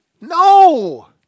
No